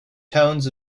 tones